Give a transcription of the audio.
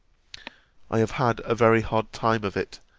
i have had a very hard time of it,